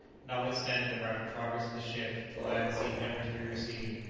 notwithstanding the rapid progress of the ship, the land seemed ever to be receding,